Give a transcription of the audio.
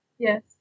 Yes